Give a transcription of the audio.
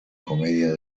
comedia